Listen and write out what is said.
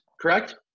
Correct